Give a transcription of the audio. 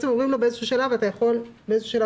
אומרים לו באיזשהו שלב: אתה יכול לשחרר,